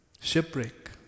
shipwreck